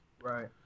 Right